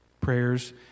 Prayers